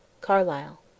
Carlyle